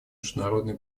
международной